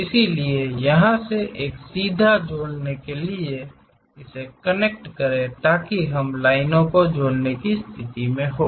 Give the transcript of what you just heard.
इसलिए यहाँ से एक सीधा जोड़ने के लिए इसे कनेक्ट करें ताकि हम लाइनों को जोड़ने की स्थिति में हों